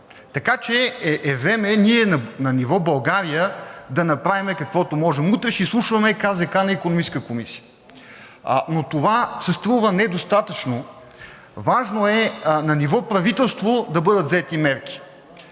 така че е време ние на ниво България да направим каквото можем. Утре ще изслушваме КЗК на Икономическа комисия, но това ми се струва недостатъчно. Важно е на ниво правителство да бъдат взети мерки